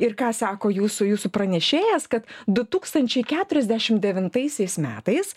ir ką sako jūsų jūsų pranešėjas kad du tūkstančiai keturiasdešimt devintaisiais metais